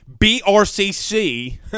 BRCC